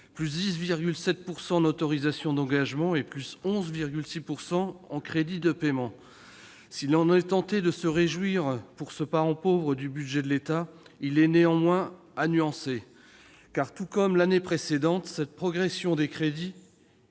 : +10,7 % en autorisations d'engagement et +11,6 % en crédits de paiement. Si l'on est tenté de se réjouir pour ce parent pauvre du budget de l'État, le constat est néanmoins à nuancer, car, tout comme l'année passée, cette augmentation des crédits